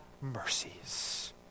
mercies